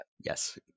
Yes